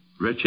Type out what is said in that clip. Richard